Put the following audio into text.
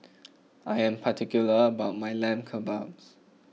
I am particular about my Lamb Kebabs